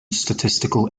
statistical